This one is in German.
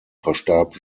verstarb